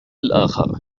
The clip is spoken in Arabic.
الآخر